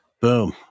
boom